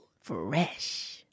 Fresh